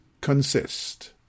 consist